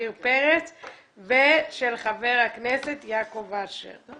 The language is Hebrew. פרץ ושל חבר הכנסת יעקב אשר.